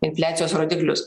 infliacijos rodiklius